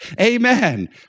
Amen